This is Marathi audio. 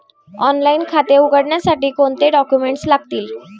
ऑनलाइन खाते उघडण्यासाठी कोणते डॉक्युमेंट्स लागतील?